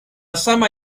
sama